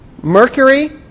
Mercury